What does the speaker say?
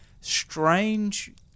strange